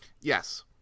Yes